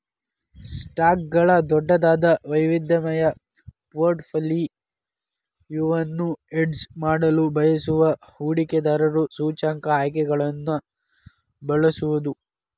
ಸ್ಟಾಕ್ಗಳ ದೊಡ್ಡದಾದ, ವೈವಿಧ್ಯಮಯ ಪೋರ್ಟ್ಫೋಲಿಯೊವನ್ನು ಹೆಡ್ಜ್ ಮಾಡಲು ಬಯಸುವ ಹೂಡಿಕೆದಾರರು ಸೂಚ್ಯಂಕ ಆಯ್ಕೆಗಳನ್ನು ಬಳಸಬಹುದು